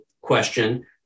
question